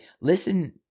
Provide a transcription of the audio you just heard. listen